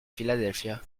philadelphia